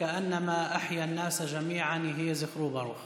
וכל המקיימה כאילו קיים עולם מלא.)